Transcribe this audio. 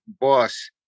boss